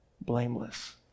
Blameless